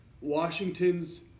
Washington's